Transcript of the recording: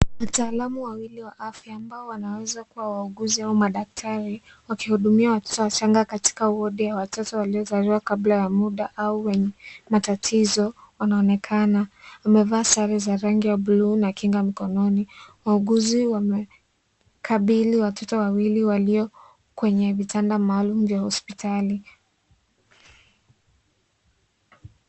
Wataalamu wawili wa afya ambao wanaweza kuwa wauguzi au madaktari wakihudumia watoto wachanga katika wodi ya watoto waliozaliwa kabla ya muda au wenye matatizo wanaonekana. Wamevaa sare za rangi ya bluu na kinga mkononi. Wauguzi wamekabili watoto wawili walio kwenye vitanda maalum vya hospitali.